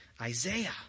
Isaiah